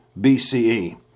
bce